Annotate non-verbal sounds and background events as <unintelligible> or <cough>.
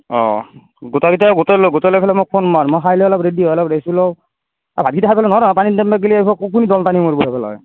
অঁ গোটেইকেইটাই গোটাই লৈ গোটাই লৈ ফেলে মোক ফোন মাৰ মই খাই লৈ অলপ ৰেডি হৈ অলপ ৰেষ্ট লওঁ আৰ ভাতকেইটা খাই পেলাই নোৱাৰা পানীত নামিব গ'লে কুনি দল টানি মৰিব <unintelligible>